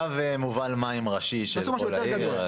ציר קו מובל מים ראשי של העיר,